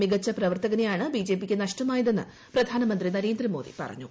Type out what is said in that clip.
മികച്ച പ്രവർത്തകനെയാണ് ബിജെപിയ്ക്ക് നഷ്ടമായതെന്ന് പ്രധാനമന്ത്രി നരേന്ദ്രമോദി പറഞ്ഞു